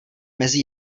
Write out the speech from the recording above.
mezi